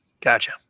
Gotcha